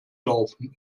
laufen